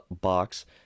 box